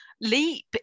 leap